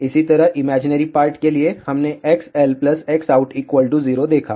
इसी तरह imaginary part के लिए हमने XlXout 0 देखा